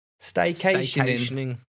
staycationing